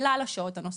כלל השעות הנוספות,